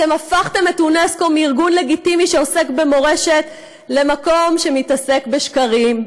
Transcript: אתם הפכתם את אונסק"ו מארגון לגיטימי שעוסק במורשת למקום שמתעסק בשקרים,